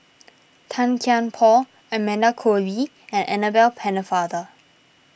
Tan Kian Por Amanda Koe Lee and Annabel Pennefather